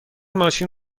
ماشین